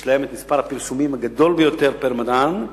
יש להם מספר הפרסומים הגדול ביותר פר-מדען,